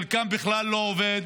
חלקם בכלל לא עובד,